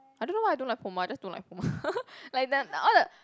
I don't know why I don't like Puma just don't like Puma like the all the